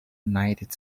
united